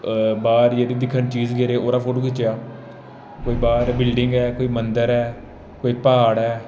बाह्र जेह्ड़ी चीज दिक्खी ओह्दा फोटो खिच्चेआ कोई बाहर बिल्डिंग ऐ कोई मंदर ऐ कोई प्हाड़ ऐ